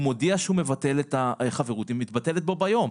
הוא מודיע שהוא מבטל את החברות והיא מתבטלת בו ביום,